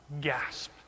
gasp